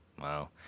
Wow